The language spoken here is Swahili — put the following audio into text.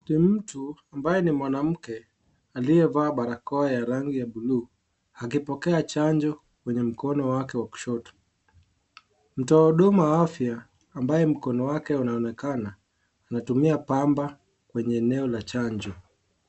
Ni mtu ambaye ni mwanamke aliyevaa barakoa ya rangi ya bluu, akipokea chanjo kwenye mkono wake wa kushoto. Mtoa huduma wa afya ambaye mkono wake unaonekana, anatumia pamba kwenye eneo la chanjo.